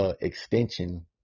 extension